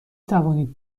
توانید